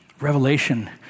revelation